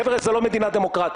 חבר'ה, זו לא מדינה דמוקרטית.